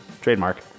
Trademark